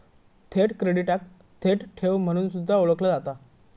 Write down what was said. थेट क्रेडिटाक थेट ठेव म्हणून सुद्धा ओळखला जाता